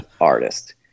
artist